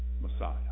Messiah